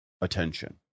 attention